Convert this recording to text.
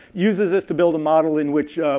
uses this to build a model in which,